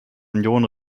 union